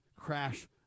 crash